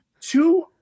Two